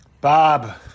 Bob